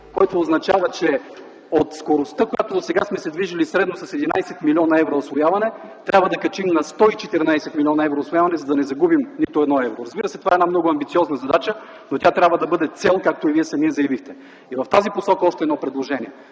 който означава, че от скоростта, с която досега сме се движили – средно с 11 млн. евро усвояване, трябва да качим усвояването на 111 милиона евро, за да не загубим нито едно евро. Разбира се, това е много амбициозна задача, но тя трябва да бъде цел, както Вие самият заявихте. В тази посока, още едно предложение: